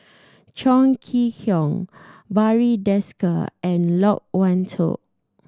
Chong Kee Hiong Barry Desker and Loke Wan Tho